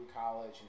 college